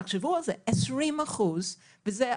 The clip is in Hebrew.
תחשבו על זה, 20% מחדירה.